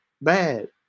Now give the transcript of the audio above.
bad